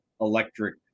electric